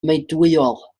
meudwyol